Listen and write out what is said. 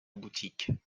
boutique